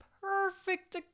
perfect